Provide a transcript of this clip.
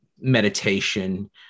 meditation